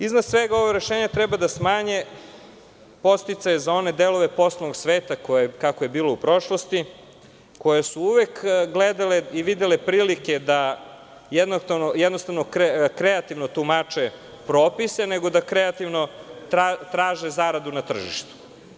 Iznad svega ovog, rešenja treba da smanje podsticaje za one delove poslovnog sveta kako je bilo u prošlosti koji su uvek gledali i videli prilike da kreativno tumače propise, nego da kreativno traže zaradu na tržištu.